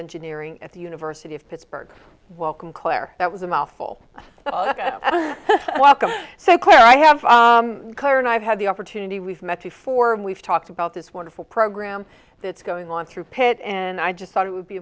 engineering at the university of pittsburgh welcome claire that was a mouthful welcome so clear i have and i've had the opportunity we've met before and we've talked about this wonderful program that's going on through pitt and i just thought it would be